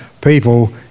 people